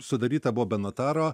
sudaryta buvo be notaro